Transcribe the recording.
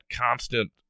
constant